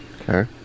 Okay